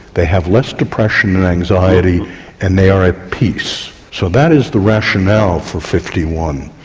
they have less depression and anxiety and they are at peace. so that is the rationale for fifty one.